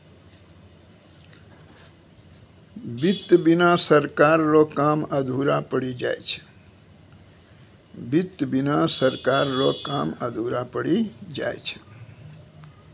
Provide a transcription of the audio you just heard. वित्त बिना सरकार रो काम अधुरा पड़ी जाय छै